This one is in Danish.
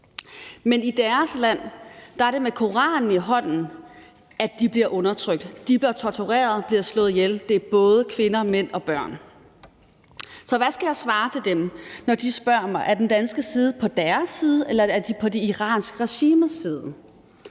Men i deres land er det med Koranen i hånden, at de bliver undertrykt og bliver tortureret og slået ihjel; det er både kvinder, mænd og børn. Så hvad skal jeg svare dem, når de spørger, om vi i Danmark er på deres side, eller om vi er på det iranske regimes side?